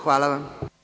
Hvala vam.